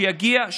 שיגיע,